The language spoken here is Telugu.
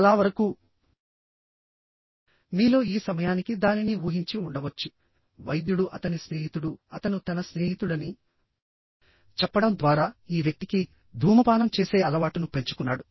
చాలా వరకు మీలో ఈ సమయానికి దానిని ఊహించి ఉండవచ్చు వైద్యుడు అతని స్నేహితుడు అతను తన స్నేహితుడని చెప్పడం ద్వారా ఈ వ్యక్తికి ధూమపానం చేసే అలవాటును పెంచుకున్నాడు